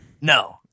No